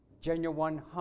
Genuine